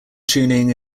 tuning